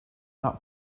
that